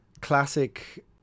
classic